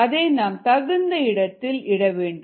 அதை நாம் தகுந்த இடத்தில் இட வேண்டும்